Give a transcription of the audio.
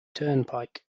turnpike